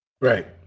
right